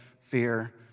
fear